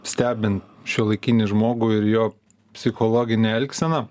stebin šiuolaikinį žmogų ir jo psichologinę elgseną